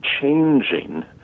changing